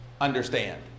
understand